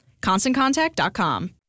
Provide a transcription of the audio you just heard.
ConstantContact.com